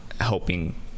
helping